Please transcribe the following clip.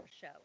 show